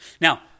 Now